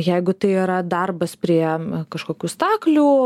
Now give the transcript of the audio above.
jeigu tai yra darbas prie kažkokių staklių